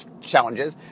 challenges